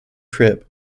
crib